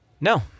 No